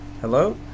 hello